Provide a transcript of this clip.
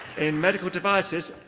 in medical devices,